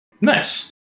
nice